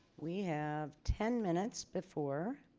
we have ten minutes before